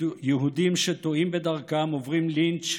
יהודים שתועים בדרכם עוברים לינץ'